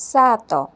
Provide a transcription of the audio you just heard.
ସାତ